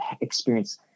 experience